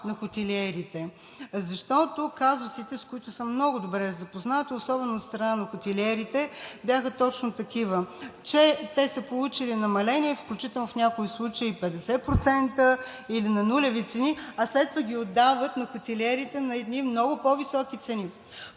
на хотелиерите. Защото казусите, с които съм много добре запозната, особено от страна на хотелиерите, бяха точно такива – че те са получили намаление, включително в някои случаи 50% или на нулеви цени, а след това ги отдават на хотелиерите на едни много по-високи цени.